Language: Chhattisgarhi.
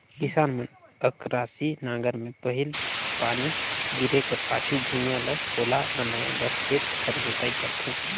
किसान मन अकरासी नांगर मे पहिल पानी गिरे कर पाछू भुईया ल पोला बनाए बर खेत कर जोताई करथे